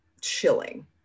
chilling